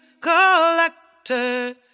collector